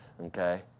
Okay